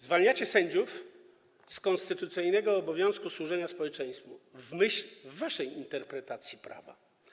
Zwalniacie sędziów z konstytucyjnego obowiązku służenia społeczeństwu w myśl waszej interpretacji prawa.